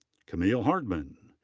camille hardman.